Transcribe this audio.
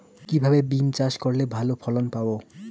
কিভাবে বিম চাষ করলে ভালো ফলন পাব?